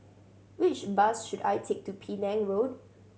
which bus should I take to Penang Road